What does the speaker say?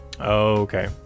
okay